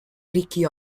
ricky